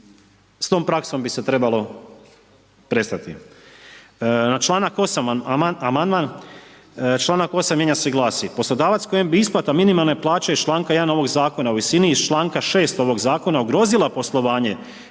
s tom praksom bi se trebalo prestati. Na članak 8. amandman, članak 8. mijenja se i glasi: Poslodavac kojem bi isplata minimalne plaće iz članka 1. ovog zakona u visini iz članka 6. ovog zakona ugrozila poslovanje